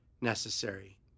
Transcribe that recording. necessary